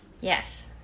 Yes